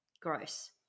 gross